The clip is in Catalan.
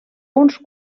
uns